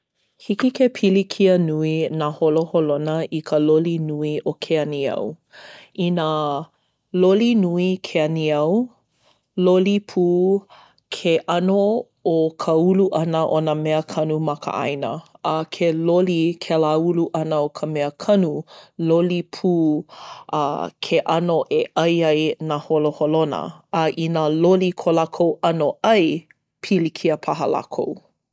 Hiki ke pilikia nui nā holoholona i ka loli nui o ke aniau. Inā loli nui ke aniau, loli pū ke ʻano o ka ulu ʻana o nā meakanu ma ka ʻāina. A ke loli kēlā ulu ʻana o ka meakanu, loli pū ʻā ke ʻano e ʻai ai nā holoholona. A inā loli ko lākou ʻano ʻai, pilikia paha lākou.